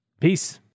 Peace